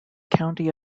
county